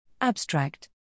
Abstract